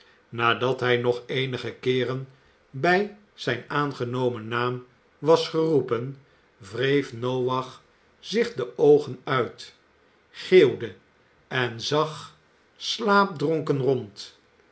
nadat hij nog eenige keeren bij zijn aangenomen naam was geroepen wreef noach zich de oogen uit geeuwde en zag slaapdronken rond